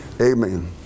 Amen